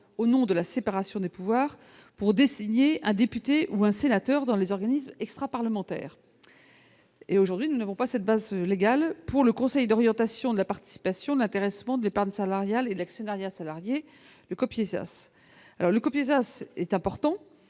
au nom de la séparation des pouvoirs pour dessiner un député ou un sénateur dans les organismes extraparlementaire et aujourd'hui, nous n'avons pas cette base légale pour le conseil d'orientation de la participation de l'intéressement d'épargne salariale et l'actionnariat salarié, le copier alors le est important